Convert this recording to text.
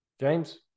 James